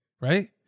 right